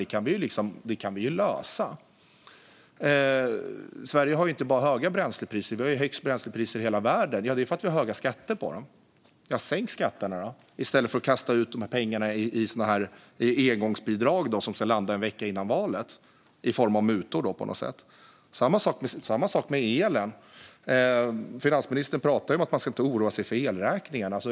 Det kan vi ju lösa. Sverige har inte bara höga bränslepriser. Vi har högst bränslepriser i hela världen. Det är för att vi har höga bränsleskatter. Sänk skatterna då, i stället för att kasta ut pengar i form av engångsbidrag som ska komma en vecka före valet, som en form av mutor! Det är samma sak med elen. Finansministern säger att man inte ska oroa sig för elräkningarna.